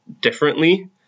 differently